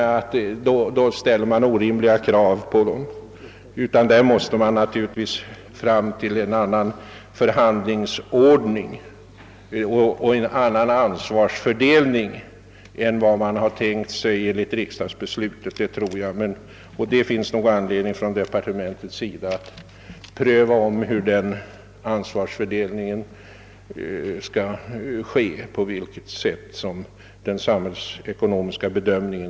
På detta område måste vi komma fram till en annan ansvarsfördelning och förhandlingsordning än vad som är förutsatt i riksdagsbeslutet. Det finns nog anledning för departementet ait ompröva ansvarsfördelningen i fråga om den samhällsekonomiska bedömningen.